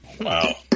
Wow